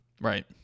right